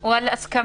או על הסכמה,